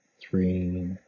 three